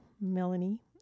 Melanie